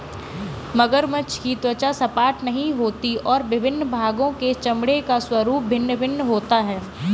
मगरमच्छ की त्वचा सपाट नहीं होती और विभिन्न भागों के चमड़े का स्वरूप भिन्न भिन्न होता है